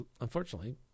unfortunately